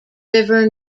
river